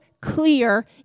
clear